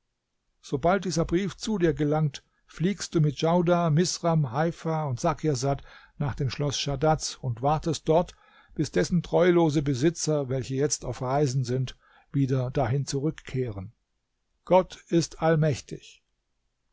sobald dieser brief zu dir gelangt fliegst du mit djaudar misram heifa und sakirsad nach dem schloß schadads und wartest dort bis dessen treulose besitzer welche jetzt auf reisen sind wieder dahin zurückkehren gott ist allmächtig